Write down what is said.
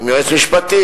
עם יועץ משפטי,